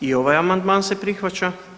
I ovaj amandman se prihvaća.